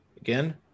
Again